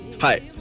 Hi